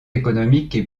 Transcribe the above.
économiques